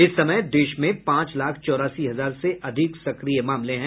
इस समय देश में पांच लाख चौरासी हजार से अधिक सक्रिय मामले हैं